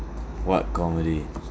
what comedy